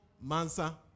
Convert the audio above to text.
Mansa